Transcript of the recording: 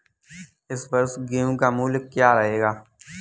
इस वर्ष गेहूँ का मूल्य क्या रहेगा?